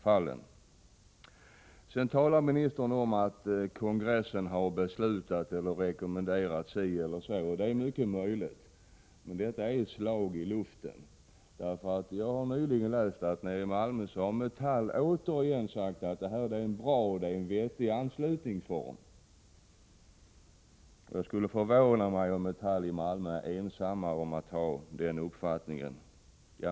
Ministern talar om att partikongressen beslutat eller rekommenderat så eller så. Det är mycket möjligt. Men det är ett slag i luften. Jag har nyligen läst att i Malmö har Metalls ledning återigen sagt att detta är en bra och vettig anslutningsform. Det skulle förvåna mig om man i Metall i Malmö är ensam om att ha den uppfattningen.